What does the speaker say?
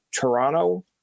Toronto